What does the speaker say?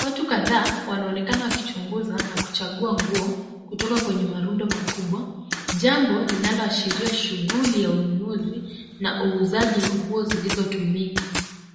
Watu kadhaa wanaonekana wakichunguza na kuchagua nguo kutoka kwenye marundo makubwa. Jambo linaloashiria shughuli ya ununuzi na uuzaji wa nguo zilizotumika.